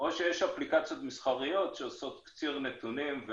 או שיש אפליקציות מסחריות שעושות ציר נתונים.